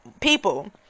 people